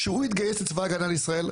כשהוא התגייס לצבא הגנה לישראל,